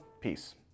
peace